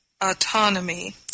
Autonomy